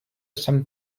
some